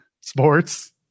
Sports